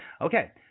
Okay